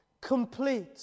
complete